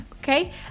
okay